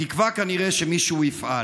בתקווה, כנראה, שמישהו יפעל.